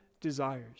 desires